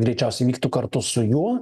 greičiausiai vyktų kartu su juo